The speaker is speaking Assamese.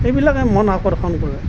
এইবিলাকে মন আকৰ্ষণ কৰে